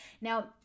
Now